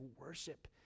worship